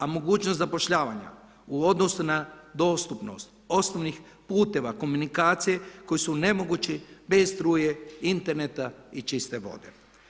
A mogućnost zapošljavanja u odnosu na dostupnost osnovnih puteva komunikacije koji su nemoguće bez struje, interneta i čiste vode.